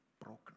broken